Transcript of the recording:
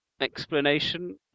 explanation